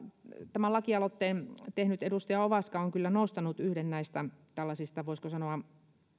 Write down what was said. tämän lakialoitteen tehnyt edustaja ovaska on kyllä nostanut esille yhden näistä tällaisista voisiko sanoa